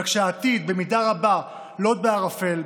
אבל כשהעתיד במידה רבה לוט בערפל,